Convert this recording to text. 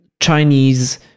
Chinese